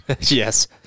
Yes